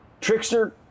Trickster